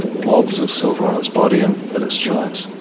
blobs of silver on its body and at its joints.